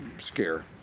scare